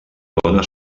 dóna